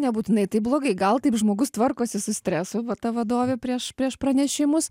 nebūtinai taip blogai gal taip žmogus tvarkosi su stresu va ta vadovė prieš prieš pranešimus